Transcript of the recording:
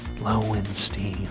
Lowenstein